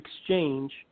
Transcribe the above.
Exchange